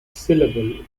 syllable